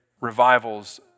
revivals